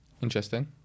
Interesting